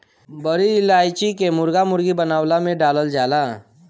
बड़ी इलायची के मुर्गा मुर्गी बनवला में डालल जाला